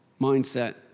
mindset